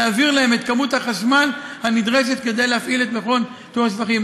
להעביר להם את כמות החשמל הנדרשת כדי להפעיל את מכון טיהור השפכים.